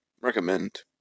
recommend